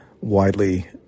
widely –